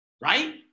right